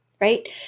right